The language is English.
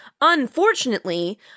Unfortunately